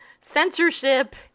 censorship